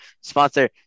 sponsor